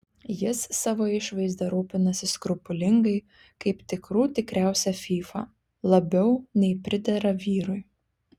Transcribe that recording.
jis savo išvaizda rūpinasi skrupulingai kaip tikrų tikriausia fyfa labiau nei pridera vyrui